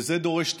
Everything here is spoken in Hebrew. וזה דורש טיפול,